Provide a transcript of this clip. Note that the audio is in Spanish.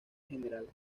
general